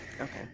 Okay